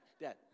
dad